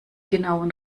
genauen